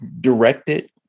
directed